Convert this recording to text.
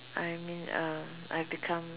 I mean uh I've become